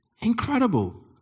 Incredible